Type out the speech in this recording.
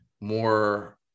more